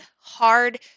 hard